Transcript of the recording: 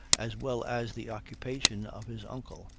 as well as the occupation of his uncle,